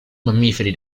mammiferi